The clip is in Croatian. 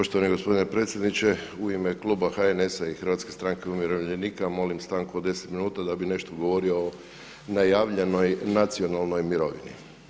Poštovani gospodine predsjedniče, u ime kluba HNS-a i Hrvatske stranke umirovljenika molim stanku od 10 minuta da bih nešto govorio o najavljenoj nacionalnoj mirovini.